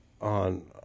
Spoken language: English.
on